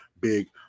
Big